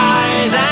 eyes